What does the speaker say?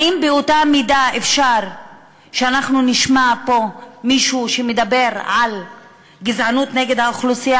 האם אפשר שאנחנו נשמע פה מישהו שידבר על גזענות נגד האתיופים